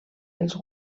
els